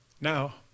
Now